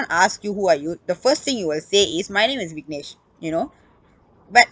ask you who are you the first thing you will say is my name is viknesh you know but